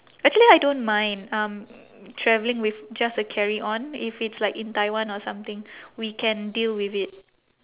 actually I don't mind um traveling with just a carry-on if it's like in taiwan or something we can deal with it